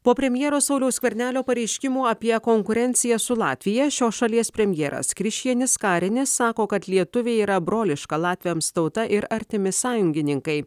po premjero sauliaus skvernelio pareiškimų apie konkurenciją su latvija šios šalies premjeras krišjanis karinis sako kad lietuviai yra broliška latviams tauta ir artimi sąjungininkai